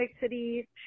City